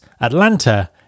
Atlanta